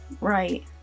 Right